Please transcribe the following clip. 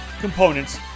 components